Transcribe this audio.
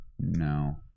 No